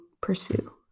pursue